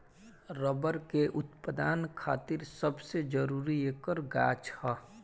rubber के उत्पदान खातिर सबसे जरूरी ऐकर गाछ ह